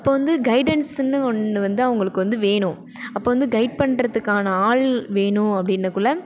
அப்போ வந்து கெய்டன்ஸ்னு ஒன்று வந்து அவங்களுக்கு வந்து வேணும் அப்போ வந்து கெய்டு பண்ணுறதுக்கான ஆள் வேணும் அப்படின்னக்குள்ள